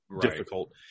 difficult